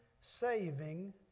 saving